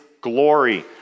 glory